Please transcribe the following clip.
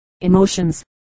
emotions